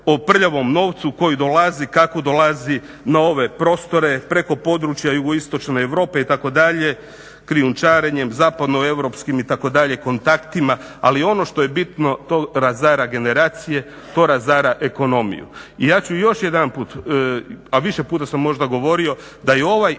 o prljavom novcu koji dolazi kako dolazi na ove prostore preko područja jugoistočne Europe itd., krijumčarenjem zapadno europskim itd. kontaktima. Ali ono što je bitno, to razara generacije, to razara ekonomiju. I ja ću još jedanput, a više puta sam možda govorio, da je ovo